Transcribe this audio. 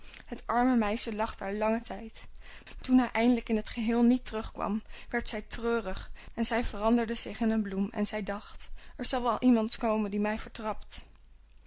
het arme meisje lag daar langen tijd maar toen hij eindelijk in het geheel niet terug kwam werd zij treurig en zij veranderde zich in een bloem en zij dacht er zal wel iemand komen die mij vertrapt